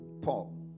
Paul